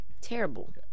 Terrible